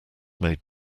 made